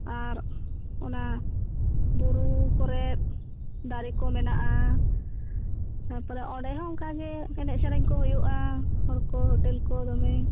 ᱟᱨ ᱚᱱᱟ ᱵᱩᱨᱩ ᱠᱚᱨᱮᱫ ᱫᱟᱨᱮ ᱠᱚ ᱢᱮᱱᱟᱜᱼᱟ ᱛᱟᱯᱚᱨᱮ ᱚᱸᱰᱮ ᱦᱚᱸ ᱚᱱᱠᱟᱜᱮ ᱮᱱᱮᱡ ᱥᱮᱨᱮᱧ ᱠᱚ ᱦᱩᱭᱩᱜᱼᱟ ᱦᱚᱲ ᱠᱚ ᱦᱳᱴᱮᱞ ᱠᱚ ᱫᱚᱢᱮ